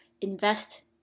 invest